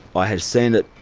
i had seen it,